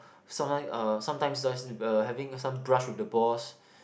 sometime uh sometimes just uh having some brush with the boss